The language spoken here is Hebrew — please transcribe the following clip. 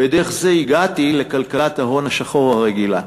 ודרך זה הגעתי לכלכלת ההון השחור הרגילה.